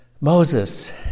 Moses